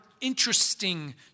interesting